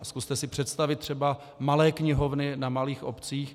Zkuste si představit třeba malé knihovny na malých obcích.